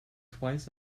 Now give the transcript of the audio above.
twice